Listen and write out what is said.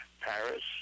Paris